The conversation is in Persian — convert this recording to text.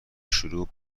شروع